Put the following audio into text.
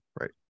Right